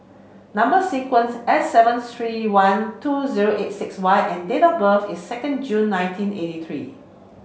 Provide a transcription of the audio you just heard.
number sequence S seven three one two zero eight six Y and date of birth is second June nineteen eighty three